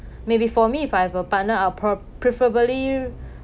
maybe for me if I have a partner I p~ preferably